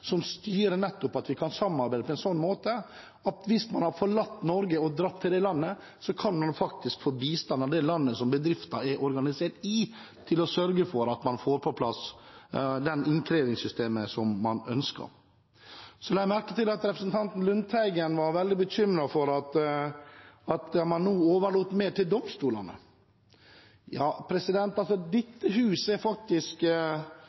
som styrer samarbeidet på en slik måte at hvis noen har forlatt Norge og dratt til et annet land, kan man faktisk få bistand av det landet som bedriften er organisert i, til å sørge for at man får på plass det innkrevingssystemet man ønsker? Jeg la merke til at representanten Lundteigen var veldig bekymret for at man nå overlater mer til domstolene. Dette huset er faktisk en del av maktfordelingsprinsippet. Vi er med på å lage og vedta lover og regler. Det